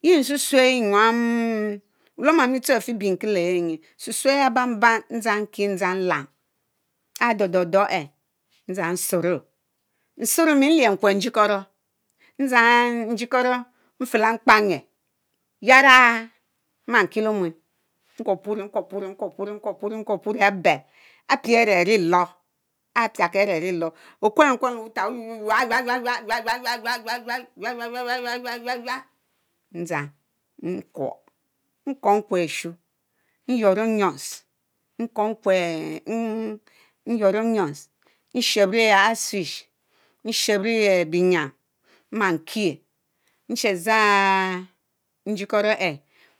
Yea mm tsue tsue ehh enyám wuwm ami tsue afibinki léé-yeah inyie; mtsue sue ehh áre banbam ndzang kie ndzang mlam áre dondondor, ehh ndzang shurrów, maharrow leah nkwerr njikoro ndzang njikoro mfereh lé mkpanyuer yará mma kielé Omuen ngur puri ngur puri ngar puri ngur puri aré bécc apie áre ariloy are piaki are áriloy okwenu lé wutal oyuor-yuorr (yuyi yuyi yuyi. not Inteligeable) ndzang nkwor áre Suu; nyurr Onions mkwor nkwerr nnh nyurr onions mshebri icefish mshebri binyam mma kiekie nche dzang jikoro ehh